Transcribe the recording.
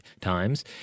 times